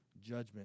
judgment